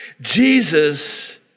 Jesus